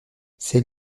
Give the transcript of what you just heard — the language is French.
ces